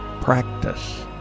Practice